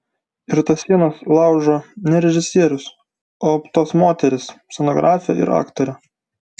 ir tas sienas laužo ne režisierius o tos moterys scenografė ir aktorė